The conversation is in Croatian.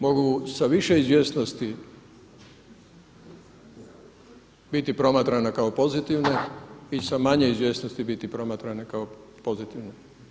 Mogu sa više izvjesnosti biti promatrane kao pozitivne i sa manje izvjesnosti biti promatrane kao pozitivne.